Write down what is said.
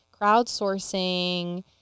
crowdsourcing